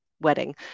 wedding